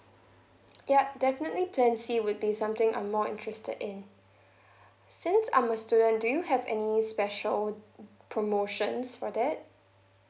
yup definitely plan C would be something I'm more interested in since I'm a student do you have any special promotions for that